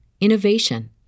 innovation